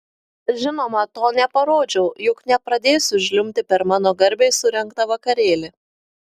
žinoma to neparodžiau juk nepradėsiu žliumbti per mano garbei surengtą vakarėlį